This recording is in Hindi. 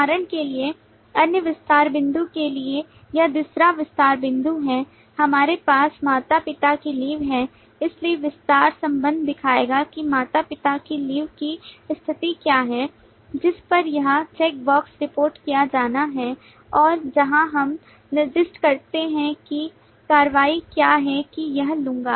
उदाहरण के लिए अन्य विस्तार बिंदु के लिए यह दूसरा विस्तार बिंदु है जहां हमारे पास माता पिता की लीव है इसलिए विस्तार संबंध दिखाएगा कि माता पिता की लीव की स्थिति क्या है जिस पर यह चेकबॉक्स रिपोर्ट किया जाना है और यहां हम निर्दिष्ट करते हैं कि कार्रवाई क्या है कि यह लूंगा